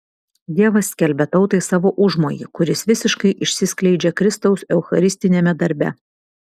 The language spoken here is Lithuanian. dievas skelbia tautai savo užmojį kuris visiškai išsiskleidžia kristaus eucharistiniame darbe